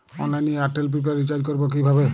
অনলাইনে এয়ারটেলে prepaid recharge করবো কিভাবে?